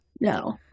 no